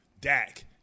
Dak